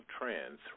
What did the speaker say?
trends